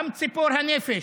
גם ציפור הנפש,